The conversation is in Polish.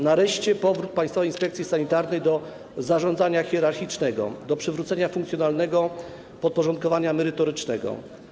Nareszcie nastąpi powrót Państwowej Inspekcji Sanitarnej do zarządzania hierarchicznego, dojdzie do przywrócenia funkcjonalnego podporządkowania merytorycznego.